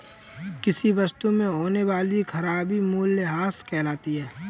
किसी वस्तु में होने वाली खराबी मूल्यह्रास कहलाती है